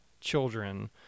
children